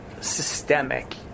systemic